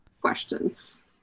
questions